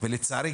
ולצערי,